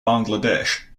bangladesh